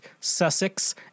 Sussex